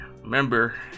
remember